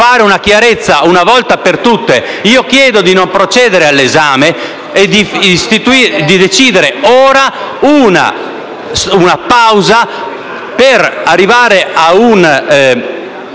fare chiarezza una volta per tutte. Chiedo pertanto di non procedere nell'esame e di decidere ora una pausa per arrivare a una